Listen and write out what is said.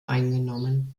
eingenommen